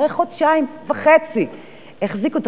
אחרי חודשיים וחצי החזיקו אותו,